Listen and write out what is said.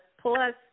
plus